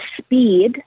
speed